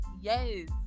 Yes